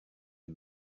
les